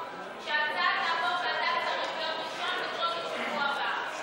שההצעה תעבור ועדת שרים ביום ראשון במקום בשבוע הבא.